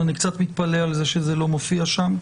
ואני קצת מתפלא על זה שזה לא מופיע שם,